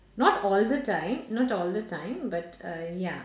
not all the time not all the time but uh ya